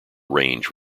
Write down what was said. range